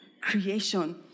creation